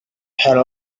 her